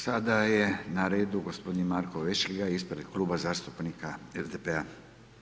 Sada je na redu g. Marko Vešligaj ispred Kluba zastupnika SDP-a.